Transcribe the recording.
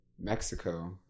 Mexico